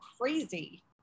crazy